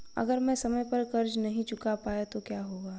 अगर मैं समय पर कर्ज़ नहीं चुका पाया तो क्या होगा?